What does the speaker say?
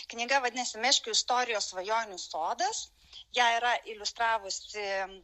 knyga vadinasi meškių istorijos svajonių sodas ją yra iliustravusi